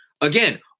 again